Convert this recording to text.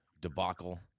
debacle